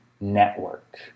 network